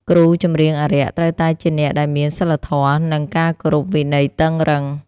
គ្រូចម្រៀងអារក្ស ត្រូវតែជាអ្នកដែលមានសីលធម៌ និងការគោរពវិន័យតឹងរ៉ឹង។